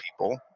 people